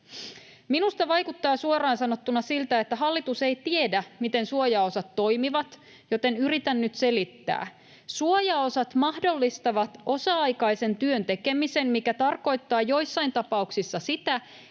Minusta vaikuttaa suoraan sanottuna siltä, että hallitus ei tiedä, miten suojaosat toimivat, joten yritän nyt selittää. Suojaosat mahdollistavat osa-aikaisen työn tekemisen, mikä tarkoittaa joissain tapauksissa sitä,